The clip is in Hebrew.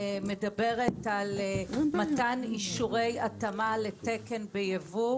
מדברת על מתן אישורי התאמה לתקן ביבוא,